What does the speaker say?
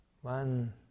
one